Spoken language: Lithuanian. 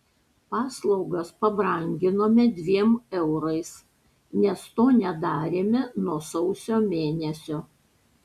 paslaugas pabranginome dviem eurais nes to nedarėme nuo sausio mėnesio